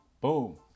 Boom